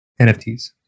NFTs